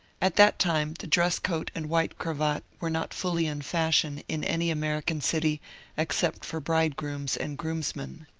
at that time the dress-coat and white cravat were not fully in fashion in any american city except for bridegrooms and groomsmen.